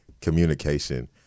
communication